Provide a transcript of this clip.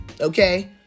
Okay